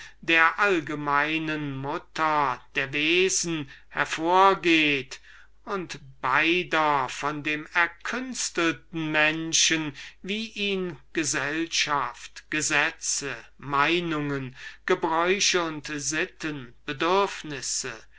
der allgemeinen mutter der wesen hervorgeht und dem gekünstelten menschen wie ihn die gesellschaft ihre gesetze ihre gebräuche und